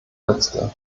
letzte